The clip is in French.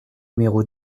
numéro